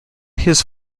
his